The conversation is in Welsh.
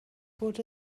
bod